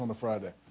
and friday.